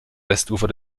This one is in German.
westufer